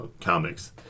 comics